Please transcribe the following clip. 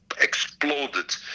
exploded